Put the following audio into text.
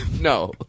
No